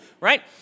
right